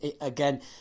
again